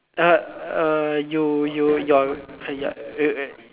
err you you your ya uh